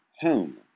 Home